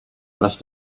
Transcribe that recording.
must